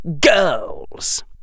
Girls